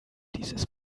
dieses